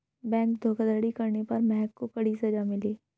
bank धोखाधड़ी करने पर महक को कड़ी सजा मिली